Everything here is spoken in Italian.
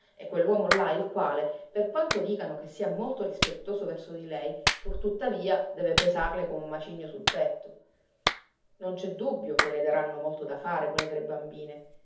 e quell'uomo là il quale per quanto dicano che sia molto rispettoso verso di lei pur tuttavia deve pesarle come un macigno sul petto non c'è dubbio che le daranno molto da fare quelle tre bambine